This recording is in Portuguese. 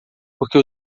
porque